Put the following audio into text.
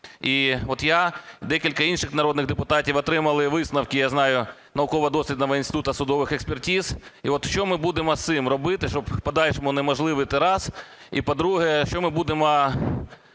І от я і декілька інших народних депутатів отримали висновки, я знаю, Науково-дослідного інституту судових експертиз. І от що ми будемо з цим робити, щоб в подальшому унеможливити? Раз. І по-друге. Що ми будемо